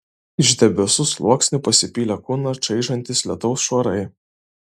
iš debesų sluoksnių pasipylė kūną čaižantys lietaus šuorai